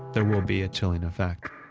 there will be a chilling effect.